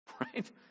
Right